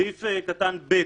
בסעיף (ב)